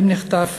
אם נחטף,